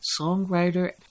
songwriter